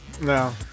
No